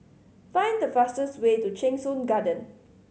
find the fastest way to Cheng Soon Garden